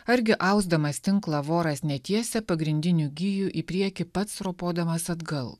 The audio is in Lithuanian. argi ausdamas tinklą voras netiesia pagrindinių gijų į priekį pats ropodamas atgal